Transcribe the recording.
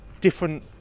different